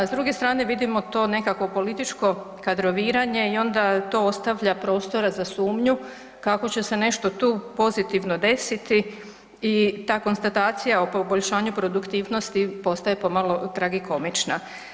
S druge strane vidimo to nekakvo političko kadroviranje i onda to ostavlja prostora za sumnju kako će se nešto tu pozitivno desiti i ta konstatacija o poboljšanju produktivnosti postaje pomalo tragikomična.